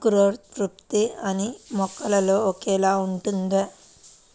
అంకురోత్పత్తి అన్నీ మొక్కలో ఒకేలా ఉంటుందా?